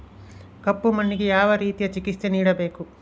ಕಪ್ಪು ಮಣ್ಣಿಗೆ ಯಾವ ರೇತಿಯ ಚಿಕಿತ್ಸೆ ನೇಡಬೇಕು?